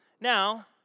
Now